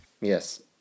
Yes